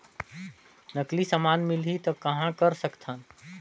नकली समान मिलही त कहां कर सकथन?